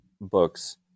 books